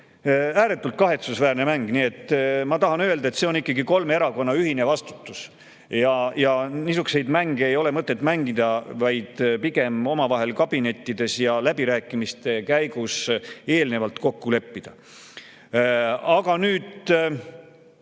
Ääretult kahetsusväärne mäng. Ma tahan öelda, et see on ikkagi kolme erakonna ühine vastutus ja niisuguseid mänge ei ole mõtet mängida, vaid pigem tuleks omavahel kabinettides ja läbirääkimiste käigus eelnevalt kokku leppida. Aga nüüd